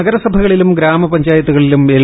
നഗരസഭകളിലും ഗ്രാമപഞ്ചായത്തു്കളിലും എൽ